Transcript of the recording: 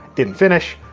didn't finish.